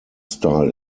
style